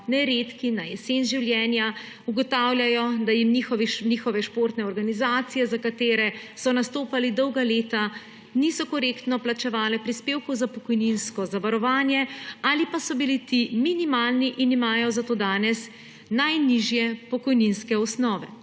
na jesen življenja ugotavljajo, da jim njihove športne organizacije, za katere so nastopali dolga leta, niso korektno vplačevale prispevkov za pokojninsko zavarovanje ali pa so bili ti minimalni in imajo zato danes najnižje pokojninske osnove,